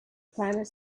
planet